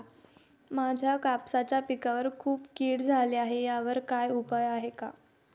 माझ्या कापसाच्या पिकावर खूप कीड झाली आहे यावर काय उपाय आहे का?